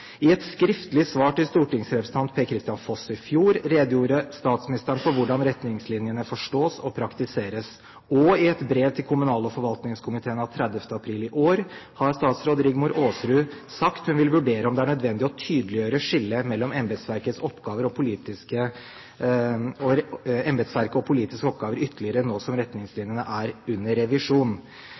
I et skriftlig svar til stortingsrepresentant Per-Kristian Foss i fjor redegjorde statsministeren for hvordan retningslinjene forstås og praktiseres, og i et brev til kommunal- og forvaltningskomiteen av 27. april i år har statsråd Rigmor Aasrud sagt at hun vil vurdere om det er nødvendig å tydeliggjøre skillet ytterligere mellom embetsverkets oppgaver og politiske oppgaver, nå som retningslinjene er under revisjon.